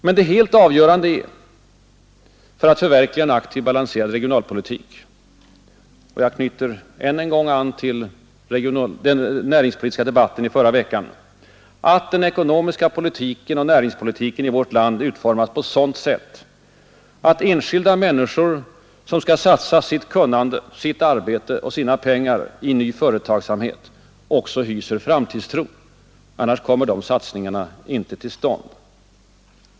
Men det helt avgörande för att förverkliga en aktiv, balanserad regionalpolitik är — och jag knyter än en gång an till den näringspolitiska debatten i förra veckan — att den ekonomiska politiken och näringspolitiken i vårt land utformas på sådant sätt att enskilda människor, som skall satsa sitt kunnande, sitt arbete och sina pengar i ny företagsamhet, också hyser framtidstro, annars kommer de satsningarna inte till stånd.